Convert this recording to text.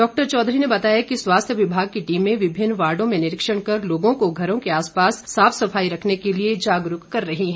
doctor Chaudhary ने बताया कि स्वास्थ्य विभाग की टीमें विभिन्न वार्डों में निरीक्षण कर लोगों को घरों के आस पास साफ सफाई रखने के लिए जागरूक कर रही हैं